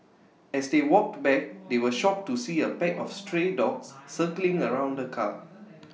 as they walked back they were shocked to see A pack of stray dogs circling around the car